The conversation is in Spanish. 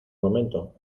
momento